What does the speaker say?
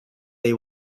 they